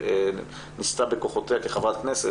וניסתה בכוחותיה כחברת כנסת,